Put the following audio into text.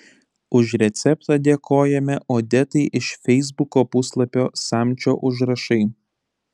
už receptą dėkojame odetai iš feisbuko puslapio samčio užrašai